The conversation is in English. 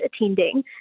attending